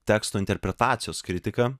teksto interpretacijos kritiką